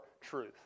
truth